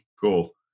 Cool